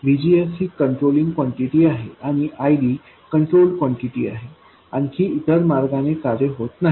VGSही controlling quantity आहे आणि IDकंट्रोलड कॉन्टिटी आहे आणखी इतर मार्गाने कार्य होत नाही